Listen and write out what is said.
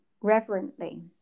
reverently